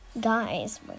Guys